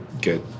Good